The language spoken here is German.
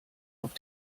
auf